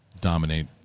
dominate